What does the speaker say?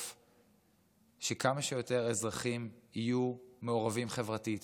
שכמה שיותר אזרחים יהיו מעורבים חברתית,